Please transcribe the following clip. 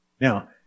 Now